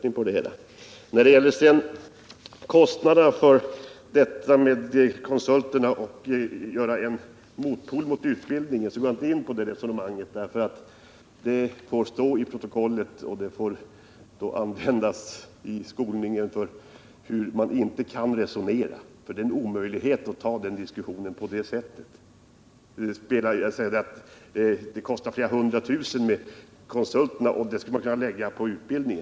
När det sedan gäller kostnaderna för konsultverksamheten och att få en motpol till utbildningen går jag inte in på det resonemanget. Det får stå i protokollet och användas i skolningen i hur man inte kan resonera. Det är en omöjlighet att ta den diskussionen på det sättet. Alf Wennerfors säger att det kostar flera hundra tusen att utnyttja konsulterna, vilket man skulle kunna lägga på utbildningen.